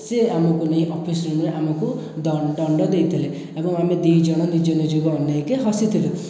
ସିଏ ଆମକୁ ନେଇ ଅଫିସ୍ ରୁମ୍ ରେ ଆମକୁ ଦଣ୍ଡ ଦଣ୍ଡ ଦେଇଥିଲେ ଏବଂ ଆମେ ଦୁଇ ଜଣ ନିଜେ ନିଜକୁ ଅନେଇକି ହସିଥିଲୁ